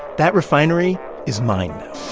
that refinery is mine now